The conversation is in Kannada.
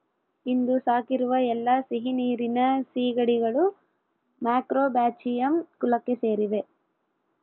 ಇಂದು ಸಾಕಿರುವ ಎಲ್ಲಾ ಸಿಹಿನೀರಿನ ಸೀಗಡಿಗಳು ಮ್ಯಾಕ್ರೋಬ್ರಾಚಿಯಂ ಕುಲಕ್ಕೆ ಸೇರಿವೆ